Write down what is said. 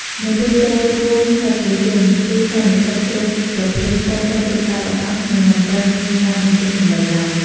នៅពេលចូលរួមកិច្ចប្រជុំ ឬសន្និសិទគ្រប់ប្រភេទ សូមបិទទូរស័ព្ទឲ្យអស់ និងមិនត្រូវមានការបញ្ចេញសំឡេងឡើយ។